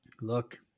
Look